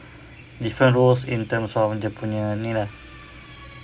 different roles in terms of dia punya ni lah